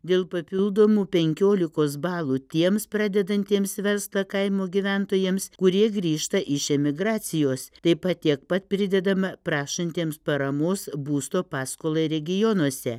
dėl papildomų penkiolikos balų tiems pradedantiems verslą kaimo gyventojams kurie grįžta iš emigracijos taip pat tiek pat pridedama prašantiems paramos būsto paskolai regionuose